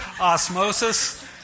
osmosis